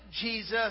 Jesus